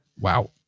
Wow